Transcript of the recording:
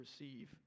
receive